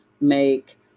make